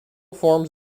forms